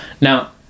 now